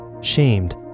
shamed